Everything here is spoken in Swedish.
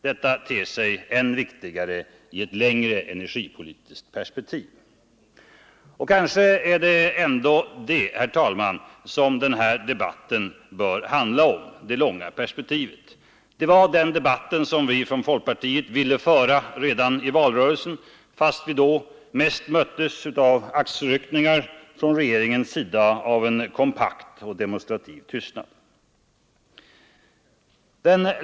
Detta ter sig än viktigare i ett längre energipolitiskt perspektiv. Och kanske är det ändå detta perspektiv, herr talman, som den här debatten bör handla om. Det var den debatten som vi ifrån folkpartiet ville föra redan i valrörelsen, fast vi då mest möttes av axelryckningar, från regeringens sida av en kompakt och demonstrativ tystnad.